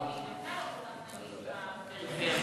אם יש תחבורה ציבורית,